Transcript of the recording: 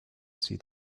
see